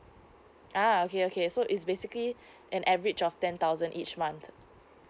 uh okay okay so is basically an average of ten thousand each month